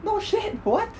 no shit what